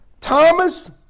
Thomas